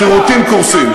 שירותים קורסים,